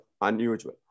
unusual